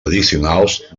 addicionals